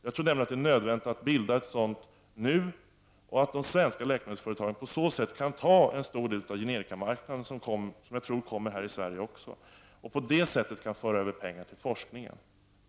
Jag tror nämligen att det är nödvändigt att bilda ett sådant nu, och att de svenska läkemedelsföretagen därigenom kan ta en stor del av generikamarknaden, som jag tror kommer också här i Sverige, och därigenom kan föra över pengar till forskningen.